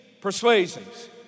persuasions